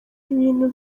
ibintu